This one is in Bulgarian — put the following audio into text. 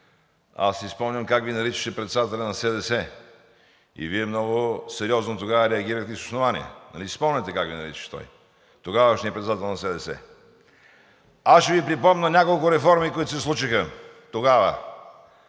аз си спомням как Ви наричаше председателят на СДС и Вие много сериозно тогава реагирахте и с основание. Нали си спомняте как Ви наричаше той – тогавашният председател на СДС? Аз ще Ви припомня няколко реформи, които се случиха тогава: